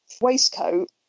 waistcoat